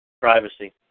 Privacy